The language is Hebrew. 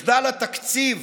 מחדל התקציב